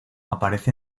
aparece